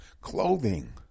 clothing